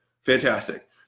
fantastic